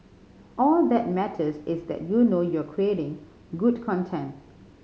all that matters is that you know you're creating good content